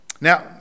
Now